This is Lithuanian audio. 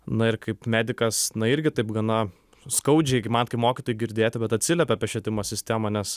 na ir kaip medikas na irgi taip gana skaudžiai kaip mokytojui girdėti bet atsiliepia apie švietimo sistemą nes